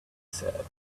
said